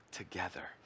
together